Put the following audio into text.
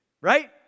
Right